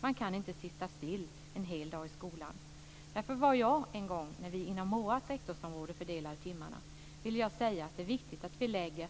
Man kan inte sitta still en hel dag i skolan. Därför sade jag när vi skulle fördela timmarna inom vårt rektorsområde att det är viktigt att lägga